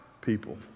people